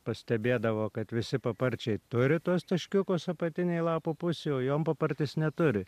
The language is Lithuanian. pastebėdavo kad visi paparčiai turi tuos taškiukus apatinėj lapo pusėj o jonpapartis neturi